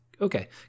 okay